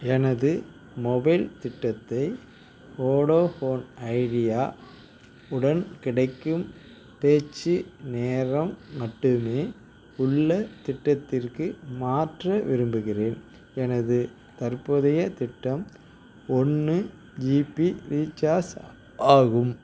எனது மொபைல் திட்டத்தை Vodafone Idea உடன் கிடைக்கும் பேச்சு நேரம் மட்டுமே உள்ள திட்டத்திற்கு மாற்ற விரும்புகின்றேன் எனது தற்போதைய திட்டம் ஒன்று ஜிபி ரீசார்ஜ் ஆகும்